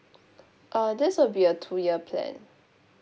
uh this will be a two year plan